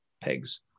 pegs